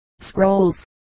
scrolls